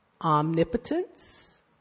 Omnipotence